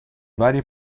varie